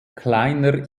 kleiner